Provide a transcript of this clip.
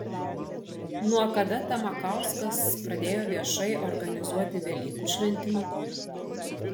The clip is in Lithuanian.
nuo kada tamakauskas pradėjo viešai organizuoti velykų šventimą